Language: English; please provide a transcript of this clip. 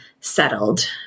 settled